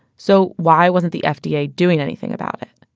so why wasn't the fda yeah doing anything about it?